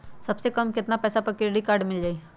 सबसे कम कतना पैसा पर क्रेडिट काड मिल जाई?